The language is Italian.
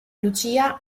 lucia